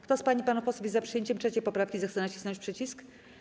Kto z pań i panów posłów jest za przyjęciem 3. poprawki, zechce nacisnąć przycisk.